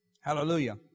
Hallelujah